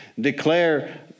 Declare